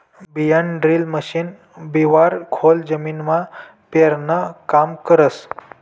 बियाणंड्रील मशीन बिवारं खोल जमीनमा पेरानं काम करस